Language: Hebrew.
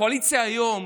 הקואליציה היום,